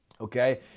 okay